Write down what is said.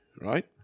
right